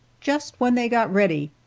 just when they got ready.